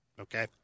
Okay